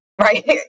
right